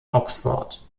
oxford